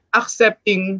accepting